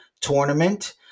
tournament